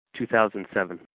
2007